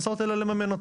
אבל לממן אותו.